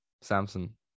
Samson